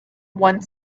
one